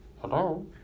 Hello